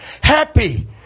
Happy